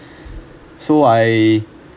so I